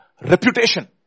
reputation